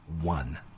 one